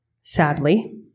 sadly